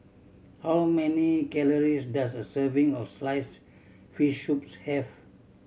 how many calories does a serving of sliced fish soup have